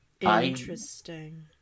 interesting